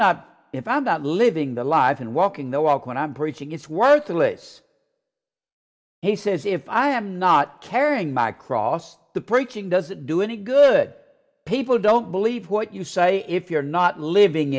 not if i'm not living the life and walking the walk when i'm preaching it's worthless he says if i am not carrying my cross the preaching doesn't do any good people don't believe what you say if you're not living